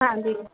ਹਾਂਜੀ